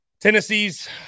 Tennessee's